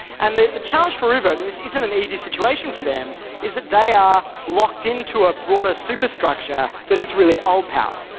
and the the challenge for uber this isn't an easy situation for them is that they are locked into a broader superstrcuture that is really old power.